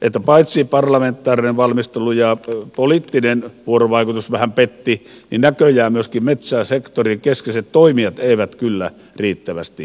että paitsi parlamentaarinen valmistelu ja poliittinen vuorovaikutus vähän pettivät näköjään myöskään metsäsektorin keskeiset toimijat eivät kyllä riittävästi näkyneet